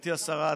גברתי השרה,